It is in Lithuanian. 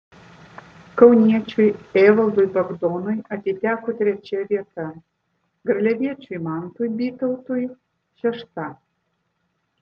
kauniečiui evaldui bagdonui atiteko trečia vieta garliaviečiui mantui bytautui šešta